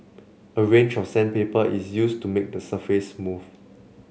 a range of sandpaper is used to make the surface smooth